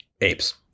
apes